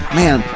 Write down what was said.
man